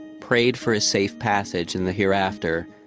prayed for his safe passage in the hereafter,